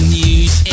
news